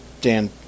Dan